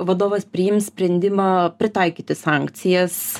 vadovas priims sprendimą pritaikyti sankcijas